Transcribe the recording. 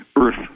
Earth